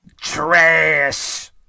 trash